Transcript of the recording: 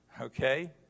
Okay